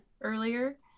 earlier